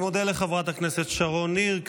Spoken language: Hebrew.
אני מודה לחברת הכנסת שרון ניר.